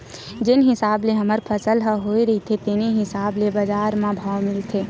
जेन हिसाब ले हमर फसल ह होए रहिथे तेने हिसाब ले बजार म भाव मिलथे